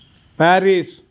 Paris